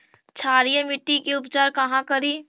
क्षारीय मिट्टी के उपचार कहा करी?